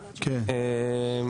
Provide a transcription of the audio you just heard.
אגב,